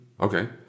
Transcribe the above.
Okay